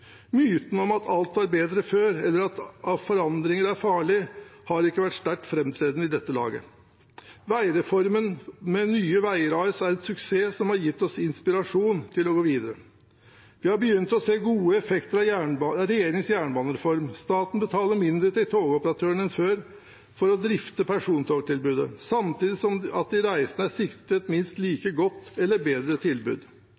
Myten om at alt var bedre før, eller at forandringer er farlig, har ikke vært sterkt framtredende i dette laget. Veireformen med Nye Veier AS er en suksess som har gitt oss inspirasjon til å gå videre. Vi har begynt å se gode effekter av regjeringens jernbanereform. Staten betaler mindre til togoperatørene enn før for å drifte persontogtilbudet, samtidig som de reisende er sikret et minst like godt eller bedre tilbud.